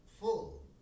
full